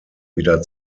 wieder